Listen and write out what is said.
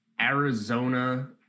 Arizona –